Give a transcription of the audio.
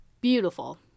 Beautiful